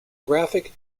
graphic